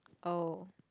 oh